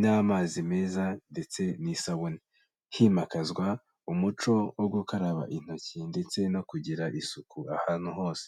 n'amazi meza ndetse n'isabune, himakazwa umuco wo gukaraba intoki ndetse no kugira isuku ahantu hose.